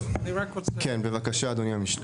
טוב, כן בבקשה אדוני.